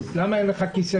חליפי.